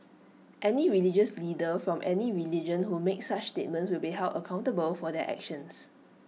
any religious leader from any religion who makes such statements will be held accountable for their actions